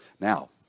now